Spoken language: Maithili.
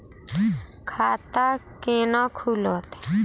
खाता केना खुलत?